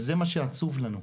וזה מה שעצוב לנו.